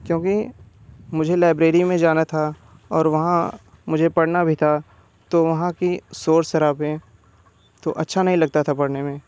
क्योंकि मुझे लाइब्रेरी में जाना था और वहाँ मुझे पढ़ना भी था तो वहाँ की शोर शराबे तो अच्छा नहीं लगता था पढ़ने में